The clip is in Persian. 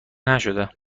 نشده